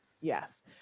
Yes